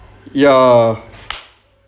ya